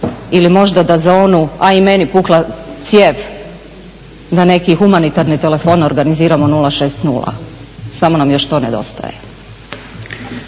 Ili možda da za onu "a i meni pukla cijev" da neki humanitarni telefon organiziramo 060, samo nam još to nedostaje.